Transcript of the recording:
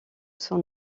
son